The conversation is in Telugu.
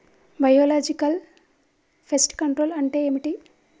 బయోలాజికల్ ఫెస్ట్ కంట్రోల్ అంటే ఏమిటి?